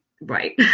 right